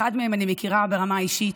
את אחד מהם אני מכירה ברמה האישית.